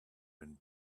been